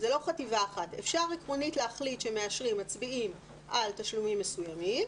אפשר עקרונית להחליט שמצביעים על תשלומים מסוימים